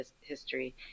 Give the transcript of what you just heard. history